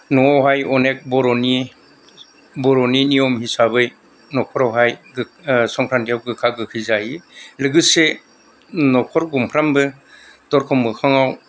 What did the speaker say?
न'आवहाय अनेख बर'नि बर'नि नियम हिसाबै न'खरावहाय संक्रान्तियाव गोखा गोखै जायो लोगोसे न'खर गंफ्रामबो दरखं मोखाङाव